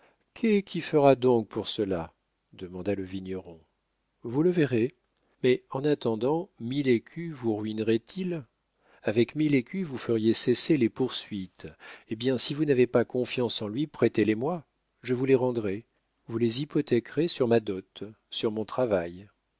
qui fera donc pour cela demanda le vigneron vous le verrez mais en attendant mille écus vous ruineraient ils avec mille écus vous feriez cesser les poursuites eh bien si vous n'avez pas confiance en lui prêtez les moi je vous les rendrai vous les hypothéquerez sur ma dot sur mon travail